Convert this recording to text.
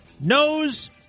knows